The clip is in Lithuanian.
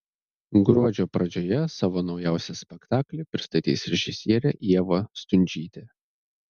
gruodžio pradžioje savo naujausią spektaklį pristatys režisierė ieva stundžytė